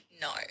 No